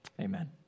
Amen